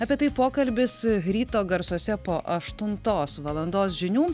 apie tai pokalbis ryto garsuose po aštuntos valandos žinių